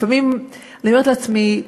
לפעמים אני אומרת לעצמי: